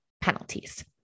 penalties